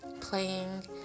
playing